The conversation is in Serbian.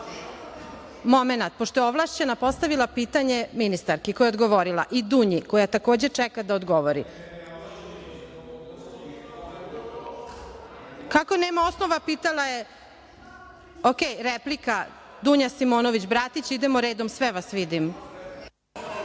Momenat, pošto je ovlašćena postavila pitanje ministarki koja je odgovorila i Dunji, koja je takođe čeka da odgovori. Kako nema osnova, pitala je. U redu, replika. Dunja Simonović Bratić. Idemo redom, sve vas vidim.